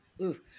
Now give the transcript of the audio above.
Oof